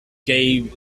grade